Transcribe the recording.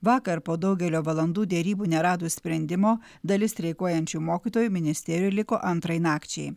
vakar po daugelio valandų derybų neradus sprendimo dalis streikuojančių mokytojų ministerijoj liko antrai nakčiai